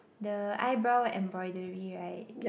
the eyebrow embroidery right